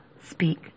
speak